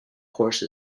course